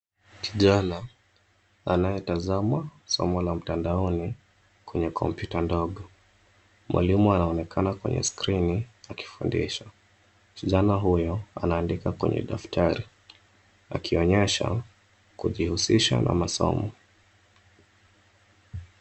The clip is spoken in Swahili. Kijana anayetazama somo la mtandaoni kwenye kompyuta ndogo. Mwalimu anaonekana kwenye skreeni akifundisha. Kijana huyo anaandika kwenye daftari akionyesha kujihusisha na masomo.